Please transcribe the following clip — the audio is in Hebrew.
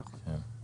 כן.